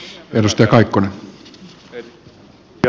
arvoisa puhemies